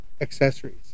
accessories